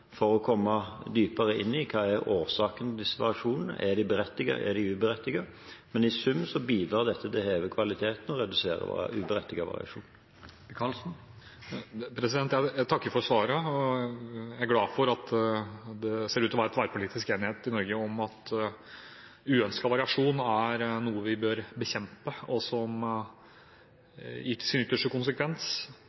for å komme dypere inn i hva som er årsaken til disse variasjonene. Er de berettiget, eller er de uberettiget? Men i sum bidrar dette til å heve kvaliteten og redusere uberettiget variasjon. Jeg takker for svaret. Jeg er glad for at det ser ut til å være tverrpolitisk enighet i Norge om at uønsket variasjon er noe vi bør bekjempe, og som